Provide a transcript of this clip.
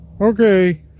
Okay